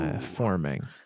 forming